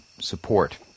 support